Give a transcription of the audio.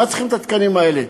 למה צריכים את התקנים האלה.